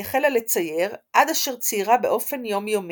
היא החלה לצייר עד אשר ציירה באופן יומיומי,